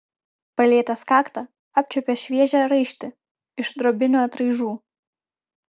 palietęs kaktą apčiuopė šviežią raištį iš drobinių atraižų